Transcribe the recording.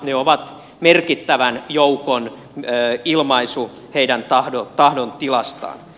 ne ovat merkittävän joukon ilmaisu heidän tahdontilastaan